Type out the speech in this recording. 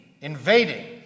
invading